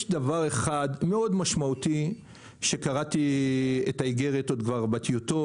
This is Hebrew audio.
אבל יש דבר אחד מאוד משמעותי כשקראתי את האיגרת בטיוטות,